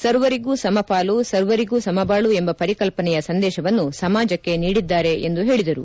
ಸರ್ವರಿಗೂ ಸಮಪಾಲು ಸರ್ವರಿಗೂ ಸಮಬಾಳು ಎಂಬ ಪರಿಕಲ್ವನೆಯ ಸಂದೇಶವನ್ನು ಸಮಾಜಕ್ಕೆ ನೀಡಿದ್ದಾರೆ ಎಂದು ಹೇಳಿದರು